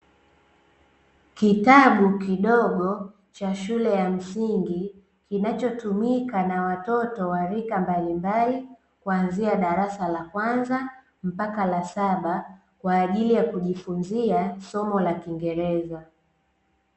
Kitabu kidogo cha shule ya msingi, kinachotumika na watoto wa rika mbalimbali, kuanzia darasa la kwanza mpaka la saba, kwa ajili ya kujifunzia somo la kiingereza.